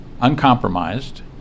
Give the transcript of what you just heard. uncompromised